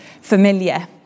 familiar